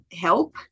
help